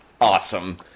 awesome